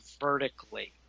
vertically